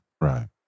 Right